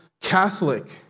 Catholic